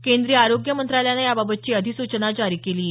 केंद्रीय आरोग्य मंत्रालयानं याबाबतची सूचना जारी केली आहे